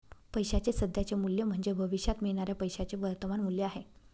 पैशाचे सध्याचे मूल्य म्हणजे भविष्यात मिळणाऱ्या पैशाचे वर्तमान मूल्य आहे